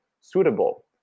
suitable